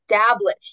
establish